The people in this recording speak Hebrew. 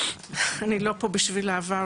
אני לא פה בשביל אהבה,